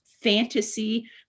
fantasy